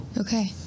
okay